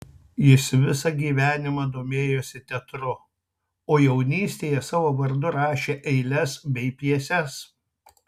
jis visą gyvenimą domėjosi teatru o jaunystėje savo vardu rašė eiles bei pjeses